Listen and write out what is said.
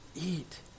eat